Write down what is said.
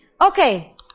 Okay